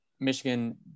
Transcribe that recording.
Michigan